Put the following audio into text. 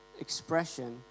expression